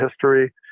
history